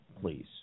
Please